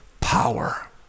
power